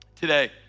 Today